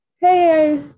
hey